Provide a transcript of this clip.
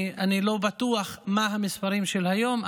אני לא בטוח מה המספרים של היום,